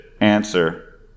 answer